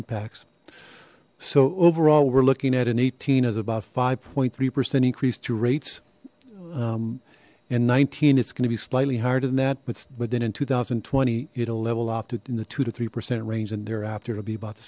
impacts so overall we're looking at an eighteen as about five point three percent increase to rates and nineteen it's going to be slightly higher than that buts but then in two thousand and twenty it'll level oft in the two to three percent range and thereafter it'll be about the